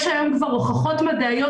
יש היום הוכחות מדעיות